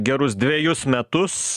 gerus dvejus metus